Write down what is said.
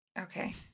Okay